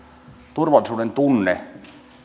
turvallisuudentunne